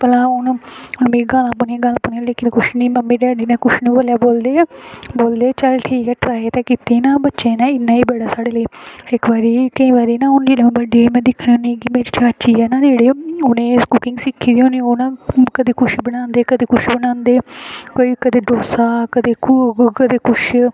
भला हून मिगी बड़ियां गालां पौनियां पर मम्मी डैडी नै कुछ निं बोल्लेआ बोल्ले ठीक ऐ चल ट्राई ते कीती ना बच्चे न इन्ना बी बड़ा साढ़े लेई इक्क बारी ना केईं बारी अं'ऊ दिक्खनी ना मेरी चाची न जेह्ड़ी उ'नें कुकिंग सिक्खी दी होनी ओह् कदें कुछ बनांदे कदें कुछ बनांदे कोई कदें डोसा कदें कुछ कदें कुछ